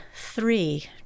three